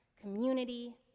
community